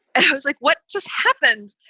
and i was like, what just happened?